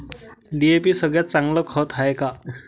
DAP सगळ्यात चांगलं खत हाये का?